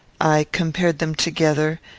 i compared them together,